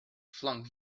flung